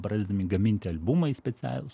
pradedami gaminti albumai specialūs